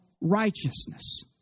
righteousness